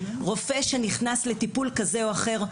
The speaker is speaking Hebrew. רופא שנכנס לטיפול כזה או אחר,